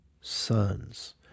sons